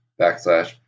backslash